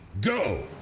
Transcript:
go